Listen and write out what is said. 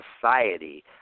society